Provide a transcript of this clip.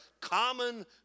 common